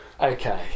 Okay